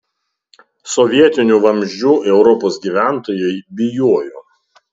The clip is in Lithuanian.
sovietinių vamzdžių europos gyventojai bijojo